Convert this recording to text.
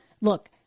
Look